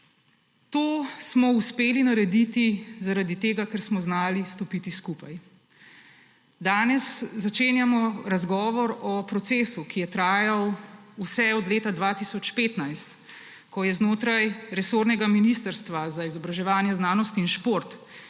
To smo uspeli narediti zaradi tega, ker smo znali stopiti skupaj. Danes začenjamo razgovor o procesu, ki je trajal vse od leta 2015, ko je znotraj resornega Ministrstva za izobraževanje, znanost in šport